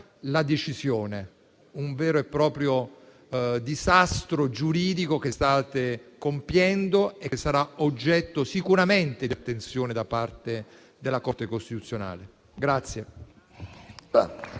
la decisione. Un vero e proprio disastro giuridico quello che state compiendo, che sarà oggetto sicuramente di attenzione da parte della Corte costituzionale.